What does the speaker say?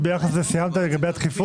סיימת להסביר לגבי הדחיפות?